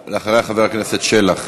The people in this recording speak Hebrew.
אחריה, חבר הכנסת שלח.